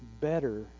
better